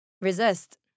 resist